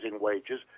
wages